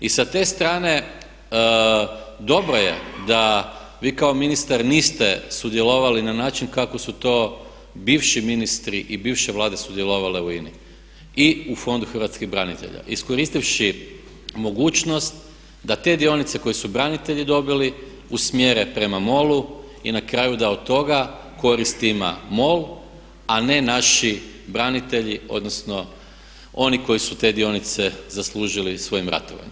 I sa te strane dobro je da vi kao ministar niste sudjelovali na način kako su to bivši ministri i bivše Vlade sudjelovale u INI i u Fondu hrvatskih branitelja iskoristivši mogućnost da te dionice koje su branitelji dobili usmjere prema MOL-u i na kraju da od toga korist ima MOL a ne naši branitelji odnosno oni koji su te dionice zaslužili svojim ratovanjem.